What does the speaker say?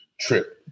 trip